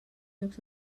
llocs